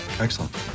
Excellent